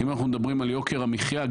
אם אנחנו מדברים על יוקר המחייה.